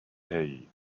hey